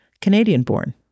Canadian-born